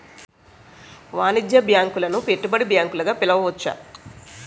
వాణిజ్య బ్యాంకులను పెట్టుబడి బ్యాంకులు గా పిలవచ్చు